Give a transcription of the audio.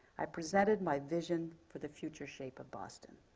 i presented my vision for the future shape of boston.